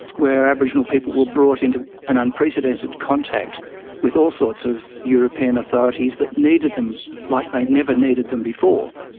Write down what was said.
where aboriginal people were brought into an unprecedented contact with all sorts of european authorities that needed them like they'd never needed them before.